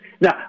Now